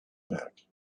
back